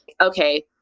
okay